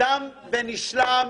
תם ונשלם.